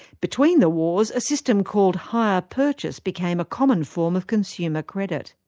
between the wars, a system called hire purchase became a common form of consumer credit.